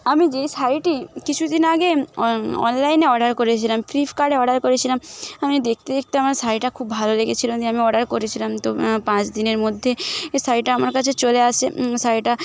আমি যে শাড়িটি কিছুদিন আগে অনলাইনে অর্ডার করেছিলাম ফ্লিপকার্টে অর্ডার করেছিলাম আমি দেখতে দেখতে আমার শাড়িটা খুব ভালো লেগেছিলো দিয়ে আমি অর্ডার করেছিলাম তো পাঁচ দিনের মধ্যে এ শাড়িটা আমার কাছে চলে আসে শাড়িটা